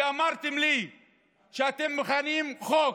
כי אמרתם לי שאתם מכינים חוק,